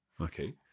Okay